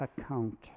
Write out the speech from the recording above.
account